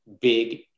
big